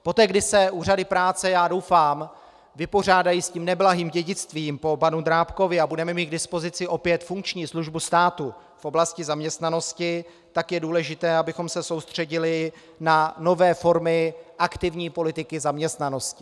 Poté, když se úřady práce já doufám vypořádají s tím neblahým dědictvím po panu Drábkovi a budeme mít k dispozici opět funkční službu státu v oblasti zaměstnanosti, tak je důležité, abychom se soustředili na nové formy aktivní politiky zaměstnanosti.